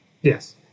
Yes